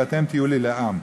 ואתם תהיו לי לעם.